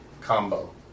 combo